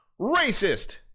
racist